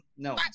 No